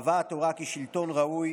קבעה התורה כי שלטון ראוי